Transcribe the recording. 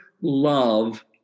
love